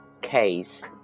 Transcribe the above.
case